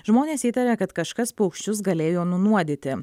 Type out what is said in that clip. žmonės įtarė kad kažkas paukščius galėjo nunuodyti